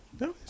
No